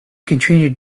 continued